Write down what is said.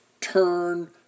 turn